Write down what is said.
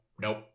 nope